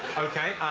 ok.